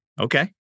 Okay